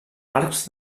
arcs